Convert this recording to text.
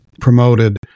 promoted